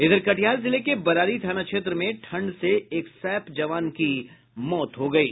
इधर कटिहार जिले के बरारी थाना क्षेत्र में ठंड से एक सैप जवान की मौत हो गयी